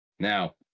Now